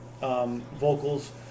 vocals